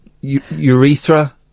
urethra